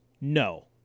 No